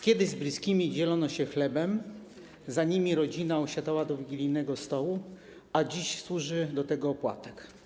Kiedyś z bliskimi dzielono się chlebem, zanim rodzina usiadła do wigilijnego stołu, a dziś służy do tego opłatek.